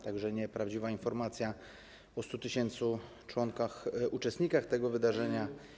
Także nieprawdziwa była informacja o 100 tys. członkach, uczestnikach tego wydarzenia.